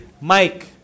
Mike